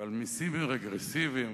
ועל מסים רגרסיביים.